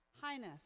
Highness